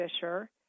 Fisher